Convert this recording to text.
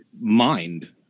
mind